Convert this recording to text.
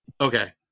Okay